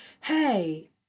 hey